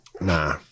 Nah